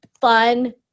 fun